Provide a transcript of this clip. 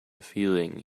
feeling